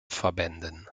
verbänden